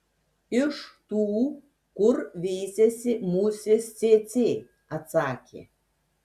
iš tų kur veisiasi musės cėcė atsakė